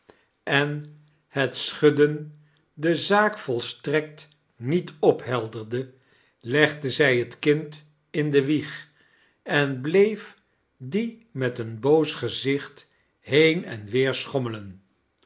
en het schudiden de zaak volstrekt niet ophelderde legde zij het kind in de wieg an bleef die met een boos gezicht been en weer sohommelen